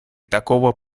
такого